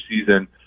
season